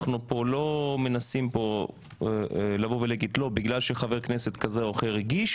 אנחנו פה לא מנסים לבוא ולהגיד שבגלל שחבר כנסת כזה או אחר הגיש